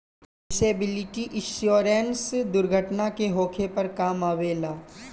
disability insurance दुर्घटना के होखे पर काम अवेला